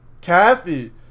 Kathy